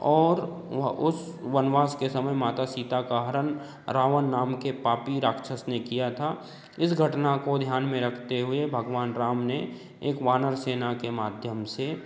और वह उस वनवास के समय माता सीता का हरण रावण नाम के पापी राक्षस ने किया था इस घटना काे ध्यान में रखते हुए भगवान राम ने एक वानर सेना के माध्यम से